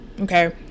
okay